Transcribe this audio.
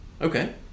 Okay